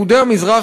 יהודי המזרח,